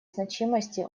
значимости